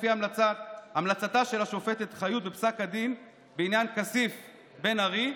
לפי ההמלצה של השופטת חיות בפסק הדין בעניין כסיף ובן ארי,